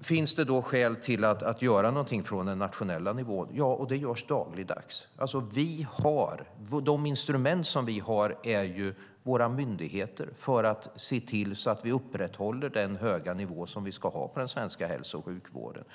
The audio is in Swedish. Finns det då skäl att göra någonting från den nationella nivån? Ja, och det görs dagligdags. De instrument som vi har för att se till att vi upprätthåller den höga nivå som vi ska ha på den svenska hälso och sjukvården är ju våra myndigheter.